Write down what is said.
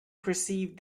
perceived